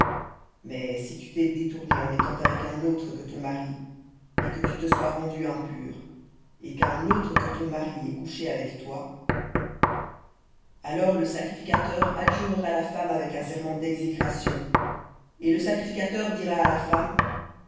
mais si tu t'es détournée en étant avec un autre que ton mari et que tu te sois rendue impure et qu'un autre que ton mari ait couché avec toi alors le sacrificateur adjurera la femme avec un serment d'exécration et le sacrificateur dira à la femme